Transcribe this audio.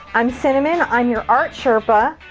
i'm cinnamon. i'm your art sherpa,